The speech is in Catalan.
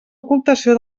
ocultació